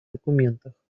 документах